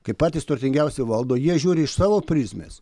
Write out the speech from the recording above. kai patys turtingiausi valdo jie žiūri iš savo prizmės